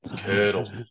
curdle